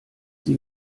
sie